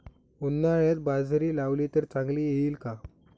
उन्हाळ्यात बाजरी लावली तर चांगली येईल का?